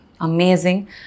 Amazing